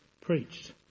preached